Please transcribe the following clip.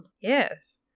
Yes